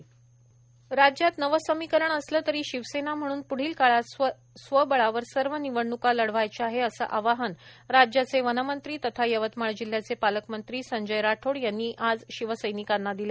संजय राठोड राज्यात नवं समीकरण असलं तरी शिवसेना म्हणून प्ढील काळात स्वबळावर सर्व निवडण्का लढवायच्या आहे असे आवाहन राज्याचे वनमंत्री तथा यवतमाळ जिल्ह्याचे पालकमंत्री संजय राठोड यांनी आज शिवसैनिकांना केले